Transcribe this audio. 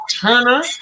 Turner